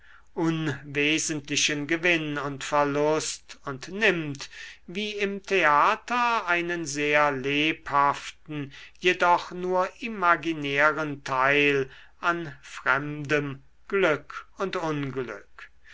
unwesentlichen gewinn und verlust und nimmt wie im theater einen sehr lebhaften jedoch nur imaginären teil an fremdem glück und unglück